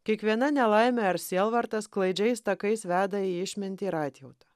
kiekviena nelaimė ar sielvartas klaidžiais takais veda į išmintį ir atjautą